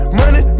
money